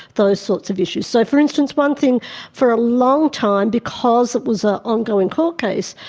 those sorts of issues. so, for instance, one thing for a long time because it was an ongoing court case,